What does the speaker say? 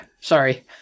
Sorry